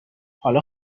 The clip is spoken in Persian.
حالا